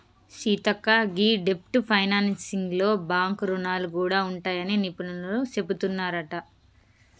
సీతక్క గీ డెబ్ట్ ఫైనాన్సింగ్ లో బాంక్ రుణాలు గూడా ఉంటాయని నిపుణులు సెబుతున్నారంట